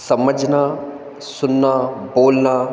समझना सुनना बोलना